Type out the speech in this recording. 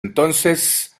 entonces